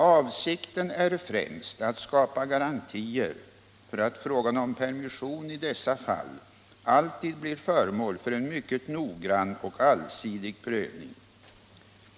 ”Avsikten är främst att skapa garantier för att frågan om permission i dessa fall alltid blir föremål för en mycket noggrann och allsidig prövning.